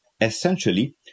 Essentially